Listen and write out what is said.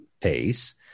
pace